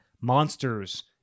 monsters